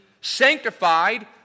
sanctified